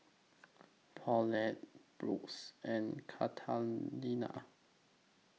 Paulette Brooks and Katarina